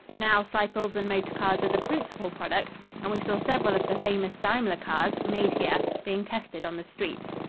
now cycles and motor cars are the principal products and we saw several of the famous daimler cars, made here, being tested on the streets.